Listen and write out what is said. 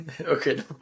Okay